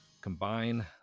combine